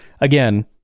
again